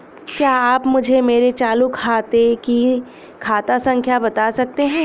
क्या आप मुझे मेरे चालू खाते की खाता संख्या बता सकते हैं?